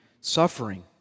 suffering